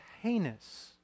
heinous